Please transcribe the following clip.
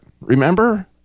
Remember